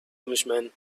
englishman